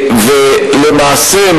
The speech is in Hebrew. למעשה,